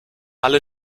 alle